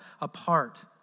apart